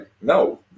no